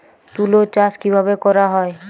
তুলো চাষ কিভাবে করা হয়?